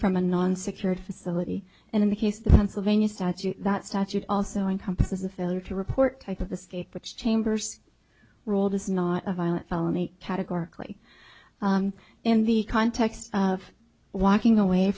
from a non secured facility in the case the pennsylvania statute that statute also encompasses the failure to report type of the state which chambers ruled is not a violent felony categorically in the context of walking away